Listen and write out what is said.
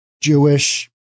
Jewish